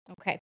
Okay